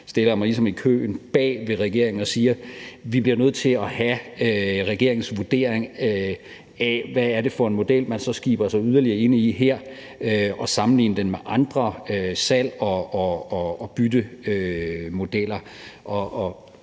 så stiller jeg mig i køen bag ved regeringen og siger: Vi bliver nødt til at have regeringens vurdering af, hvad det så er for en model, man skiber ind i her, og sammenligne den med andre salg og bytte-modeller.